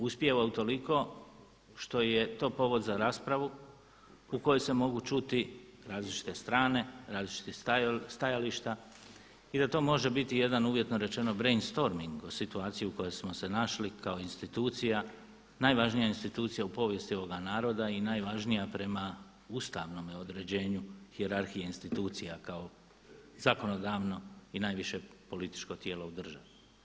Uspio je utoliko što je to povod za raspravu u kojoj se mogu čuti različite strane, različita stajališta i da to može biti jedan uvjetno rečeno brainstorming o situaciji u kojoj smo se našli kao institucija, najvažnija institucija u povijesti ovoga naroda i najvažnija prema ustavnome određenju hijerarhije institucija kao zakonodavno i najviše političko tijelo u državi.